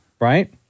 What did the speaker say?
right